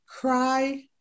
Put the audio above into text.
cry